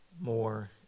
more